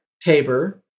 Tabor